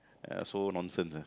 uh so nonsense ah